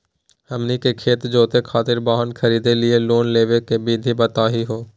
हमनी के खेत जोते खातीर वाहन खरीदे लिये लोन लेवे के विधि बताही हो?